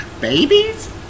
Babies